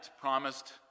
promised